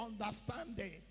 understanding